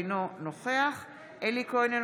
אינו נוכח אלי כהן,